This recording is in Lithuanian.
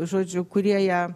žodžiu kurie ją